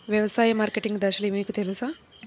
వ్యవసాయ మార్కెటింగ్ దశలు మీకు తెలుసా?